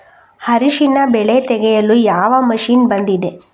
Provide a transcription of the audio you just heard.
ಅರಿಶಿನ ಬೆಳೆ ತೆಗೆಯಲು ಯಾವ ಮಷೀನ್ ಬಂದಿದೆ?